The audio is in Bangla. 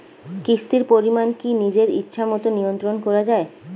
কিস্তির পরিমাণ কি নিজের ইচ্ছামত নিয়ন্ত্রণ করা যায়?